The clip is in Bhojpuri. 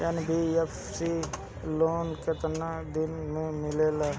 एन.बी.एफ.सी लोन केतना दिन मे मिलेला?